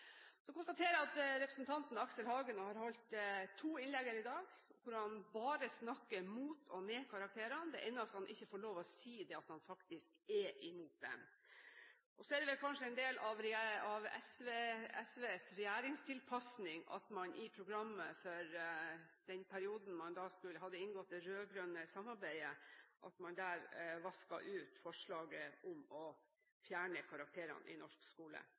Så konstaterer jeg at representanten Aksel Hagen har holdt to innlegg her i dag, hvor han bare snakker ned karakterene og mot dem. Det eneste han ikke får lov til å si, er at han faktisk er mot dem. Så er det vel kanskje en del av SVs regjeringstilpasning at man i programmet for den perioden da man hadde inngått det rød-grønne samarbeidet, vasket ut forslaget om å fjerne karakterene i norsk skole.